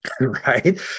Right